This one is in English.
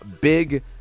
big